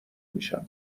میشم